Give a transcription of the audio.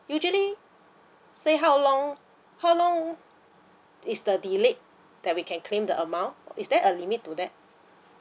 usually say how long how long is the delayed that we can claim the amount is there a limit to that